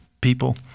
people